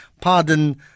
pardon